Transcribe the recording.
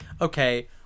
okay